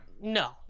No